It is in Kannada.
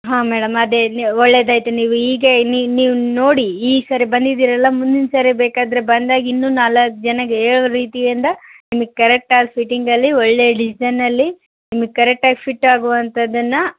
ಹಾಂ ಮೇಡಮ್ ಅದೇ ನೀವು ಒಳ್ಳೆಯದಾಯ್ತು ನೀವು ಈಗ ನೀವು ನೋಡಿ ಈ ಸರಿ ಬಂದಿದ್ದೀರಲ್ಲ ಮುಂದಿನ ಸರಿ ಬೇಕಾದರೆ ಬಂದಾಗ ಇನ್ನೂ ನಾಲ್ಕು ಜನಕ್ ಹೇಳೋ ರೀತಿಯಿಂದ ನಿಮ್ಗೆ ಕರೆಕ್ಟ್ ಆದ ಫಿಟ್ಟಿಂಗಲ್ಲಿ ಒಳ್ಳೆಯ ಡಿಸೈನಲ್ಲಿ ನಿಮ್ಗೆ ಕರೆಕ್ಟ್ ಆಗಿ ಫಿಟ್ ಆಗುವಂಥದ್ದನ್ನು